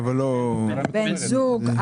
בן זוג,